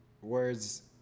words